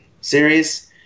series